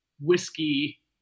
whiskey